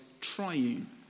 triune